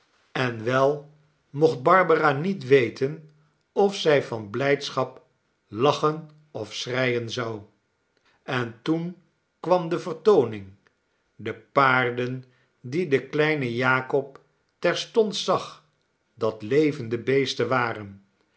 en wel mocht barbara niet weten of zij van blijdschap lachen of schreien zou en toen kwam de vertooning de paarden die de kleine jakob terstond zag dat levende beesten waren